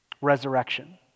resurrection